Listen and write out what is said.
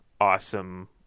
awesome